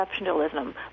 exceptionalism